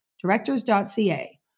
directors.ca